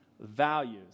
values